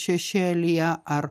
šešėlyje ar